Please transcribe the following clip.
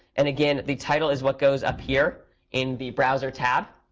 and again, the title is what goes up here in the browser tab.